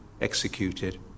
executed